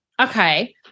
Okay